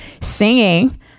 singing